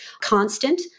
constant